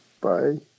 Bye